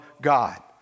God